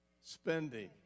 spending